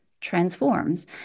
transforms